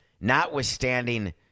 Notwithstanding